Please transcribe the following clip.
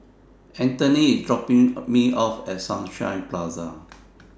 Antony IS dropping Me off At Sunshine Place